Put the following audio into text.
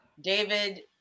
David